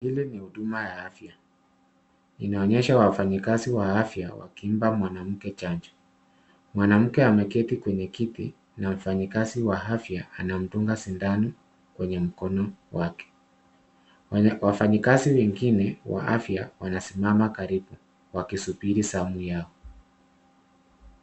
Hili ni huduma ya afya. Inaonyesha wafanyikazi wa afya wakimpa mwanamke chanjo. Mwanamke ameketi kwenye kiti na wafanyikazi wa afya anamdunga sindano kwenye mkono wake. Wafanyikazi wengine wa afya wanasimama karibu wakisubiri zamu yao.